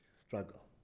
struggle